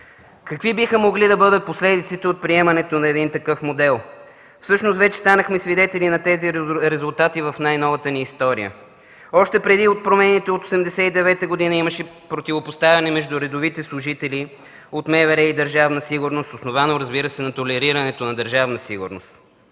Какви биха могли да бъдат последиците от приемането на един такъв модел? Всъщност вече станахме свидетели на тези резултати в най-новата ни история. Още преди промените от 1989 г. имаше противопоставяне между редовите служители от МВР и Държавна сигурност, основано, разбира се, на толерирането на Държавна сигурност.